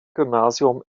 gymnasium